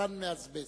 סרטן מאזבסט.